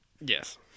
Yes